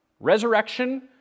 Resurrection